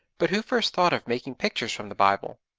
but who first thought of making pictures from the bible?